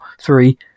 three